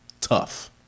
tough